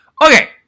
Okay